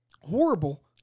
Horrible